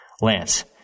Lance